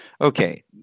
Okay